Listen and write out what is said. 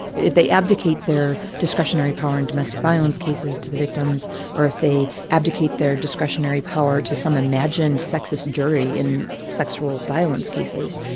if they abdicate their discretionary power in domestic violence cases to the victims or if they abdicate their discretionary power to some imagined sexist jury in sexual violence cases.